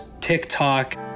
TikTok